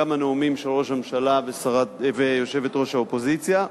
גם הנאומים של ראש הממשלה ויושבת-ראש האופוזיציה.